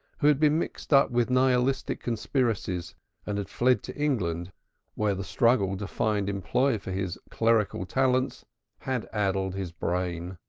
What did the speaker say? who had been mixed up with nihilistic conspiracies and had fled to england where the struggle to find employ for his clerical talents had addled his brain.